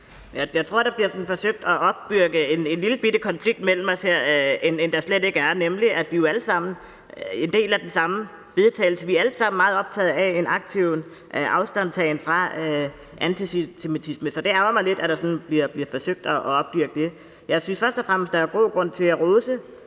Jeg tror, der bliver forsøgt at opbygge en lillebitte konflikt mellem os her, som der slet ikke er grundlag er. Vi er jo alle sammen en del af det samme forslag vedtagelse, og vi er alle sammen meget optaget af en aktiv afstandtagen fra antisemitisme. Så det ærgrer mig lidt, at der sådan bliver forsøgt at opdyrke det. Jeg synes først og fremmest, der er god grund til at rose